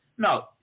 No